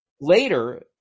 later